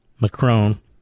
Macron